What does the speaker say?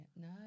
No